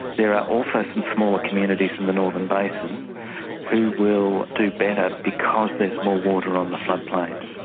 there are also some smaller communities in the northern basin who will do better because there is more water on the floodplains.